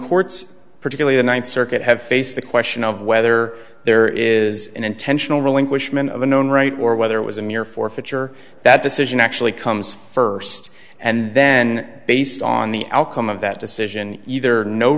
courts particularly in one circuit have faced the question of whether there is an intentional relinquishment of a known right or whether it was a mere forfeiture that decision actually comes first and then based on the outcome of that decision either no